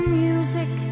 music